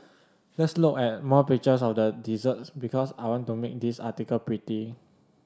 let's look at more pictures of the desserts because I want to make this article pretty